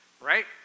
right